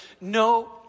no